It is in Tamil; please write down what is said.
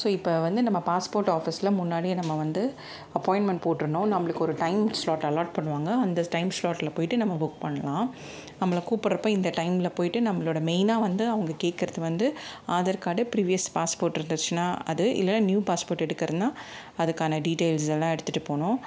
ஸோ இப்போ வந்து நம்ம பாஸ்போர்ட் ஆஃபீஸில் முன்னாடியே நம்ம வந்து அப்பாயிண்ட்மென்ட் போட்டுறணும் நம்மளுக்கு ஒரு டைம் ஸ்லாட் அலார்ட் பண்ணுவாங்க அந்த டைம் ஸ்லாட்டில் போயிவிட்டு நம்ம புக் பண்ணலாம் நம்மளை கூப்புட்றப்போ இந்த டைம்மில் போயிவிட்டு நம்மளோட மெயினாக வந்து அவங்க கேட்கறது வந்து ஆதார் கார்டு ப்ரீவியஸ் பாஸ்போர்ட் இருந்துச்சுன்னா அது இல்லைனா நியூ பாஸ்போர்ட் எடுக்கிறதுன்னா அதற்கான டீடைல்ஸ் எல்லாம் எடுத்துகிட்டு போகணும்